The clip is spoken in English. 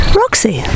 roxy